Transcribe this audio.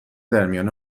درمیان